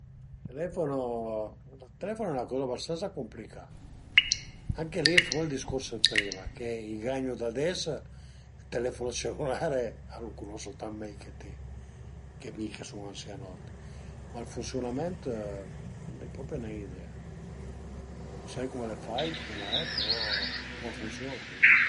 Ël telefono, ël telefono al e 'na coza abastansa cumplicà, anche li ën po ël discurs d'prima che i gagnu d'ades, ël telefono cellulare a lu cunosu tant mei che ti che mi che sun ansianot, ma ël funsiunament l'ai propi nen idea, sia cum al e fait, cum al e però cum a funsiun-a lu sai nen